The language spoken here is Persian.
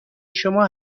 شما